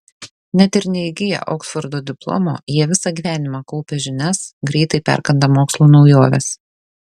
net ir neįgiję oksfordo diplomo jie visą gyvenimą kaupia žinias greitai perkanda mokslo naujoves